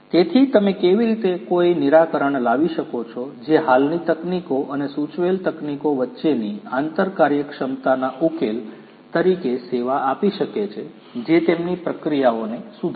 તેથી તમે કેવી રીતે કોઈ નિરાકરણ લાવી શકો છો જે હાલની તકનીકો અને સૂચવેલ તકનીકો વચ્ચેની આંતર કાર્યક્ષમતાના ઉકેલ તરીકે સેવા આપી શકે છે જે તેમની પ્રક્રિયાઓને સુધારશે